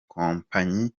kompanyi